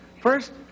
First